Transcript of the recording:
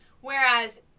Whereas